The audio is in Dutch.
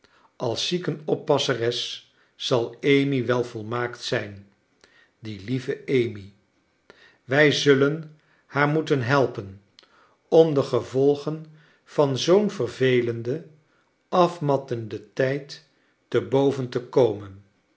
als ziekenoppasseres zal amy wel volmaakt zijn die lieve amy wij zullen haar moeten helpen om de gevolgen van zoo'n vervelenden afmattenden tijd te boven te komen